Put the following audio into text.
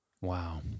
wow